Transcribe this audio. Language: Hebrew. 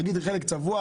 נניח שחלק צבוע,